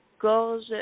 Gorge